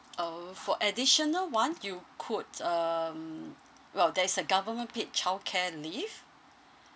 uh for additional one you could um well there is a government paid childcare leave